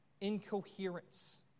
incoherence